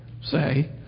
say